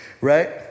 Right